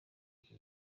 iki